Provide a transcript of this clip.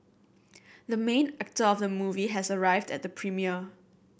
the main actor of the movie has arrived at the premiere